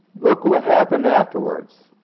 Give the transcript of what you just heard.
look what happened afterwards.